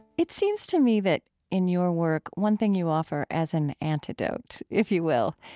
it seems to me that in your work, one thing you offer as an antidote, if you will,